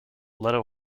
leto